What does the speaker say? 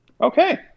Okay